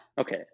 Okay